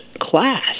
class